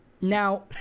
Now